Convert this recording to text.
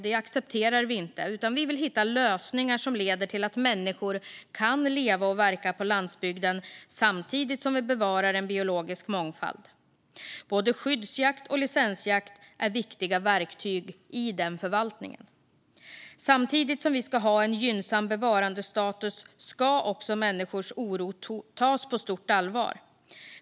Detta accepterar inte vi, utan vi vill hitta lösningar som leder till att människor kan leva och verka på landsbygden samtidigt som vi bevarar en biologisk mångfald. Både skyddsjakt och licensjakt är viktiga verktyg i den förvaltningen. Samtidigt som vi ska ha en gynnsam bevarandestatus ska också människors oro tas på stort allvar.